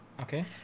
Okay